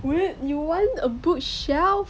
what you want a bookshelf